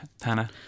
Hannah